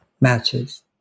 matches